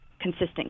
consistent